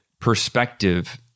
perspective